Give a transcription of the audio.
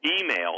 Email